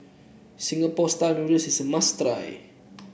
Singapore style noodles is a must try